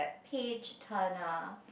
page turn a